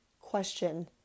question